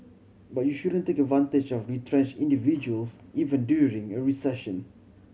but you shouldn't take advantage of retrench individuals even during a recession